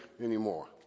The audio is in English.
anymore